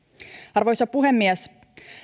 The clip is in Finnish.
arvoisa puhemies